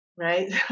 right